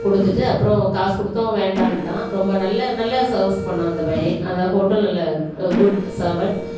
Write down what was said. கொடுத்துட்டு அப்புறம் காசு கொடுத்தோம் வேண்டான்ட்டான் ரொம்ப நல்ல நல்லா சர்வீஸ் பண்ணிணான் அந்த பையன் அதுதான் ஹோட்டலில் குட் செர்வன்ட்